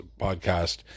podcast